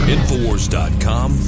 InfoWars.com